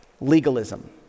legalism